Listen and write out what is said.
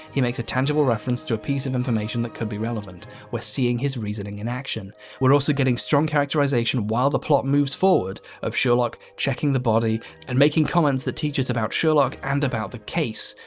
he makes a tangible reference to a piece of information that could be relevant, we're seeing his reasoning in action we're also getting strong characterisation while the plot moves forward of sherlock checking the body and making comments. that teaches about sherlock and about the case.